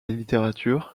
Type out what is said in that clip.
littérature